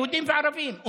יהודים וערבים,